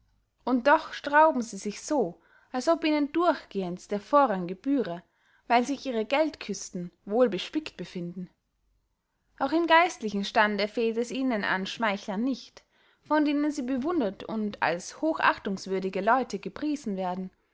und doch strauben sie sich so als ob ihnen durchgehends der vorrang gebühre weil sich ihre geldküsten wohl bespickt befinden auch im geistlichen stande fehlt es ihnen an schmeichlern nicht von denen sie bewundert und als hochachtungswürdige leute gepriesen werden